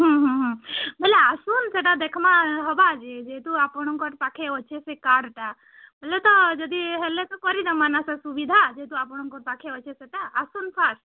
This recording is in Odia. ହୁଁ ହୁଁ ହୁଁ ବେଲେ ଆସୁନ୍ ସେ'ଟା ଦେଖ୍ମା ହେବା ଯେ ଯେହେତୁ ଆପଣକଁର୍ ପାଖେ ଅଛେ ସେ କାର୍ଡ଼ଟା ବେଲେ ତ ଯଦି ସେ ହେଲେ ତ କରିଦେମା ନା ସେ ସୁବିଧା ଯେହେତୁ ଆପଣକଁର୍ ପାଖେ ଅଛେ ସେଟା ଆସୁନ୍ ଫାର୍ଷ୍ଟ୍